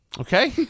okay